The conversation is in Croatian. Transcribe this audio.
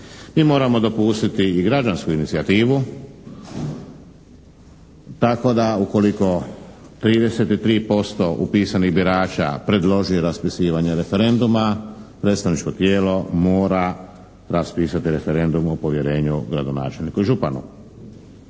I moramo dopustiti i građansku inicijativu tako da ukoliko 33% upisanih birača predloži raspisivanje referenduma predstavničko tijelo mora raspisati referendum o povjerenju gradonačelniku i županu.